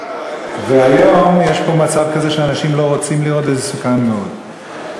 אני לא רוצה להעליב את שיקגו,